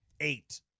eight